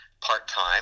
part-time